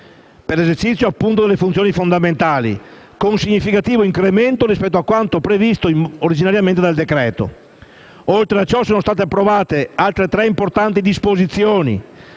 per l'esercizio delle funzioni fondamentali, con un significativo incremento rispetto a quanto previsto originariamente dal decreto-legge. Oltre a ciò, sono state approvate altre tre importanti disposizioni.